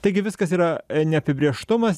taigi viskas yra neapibrėžtumas